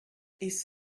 his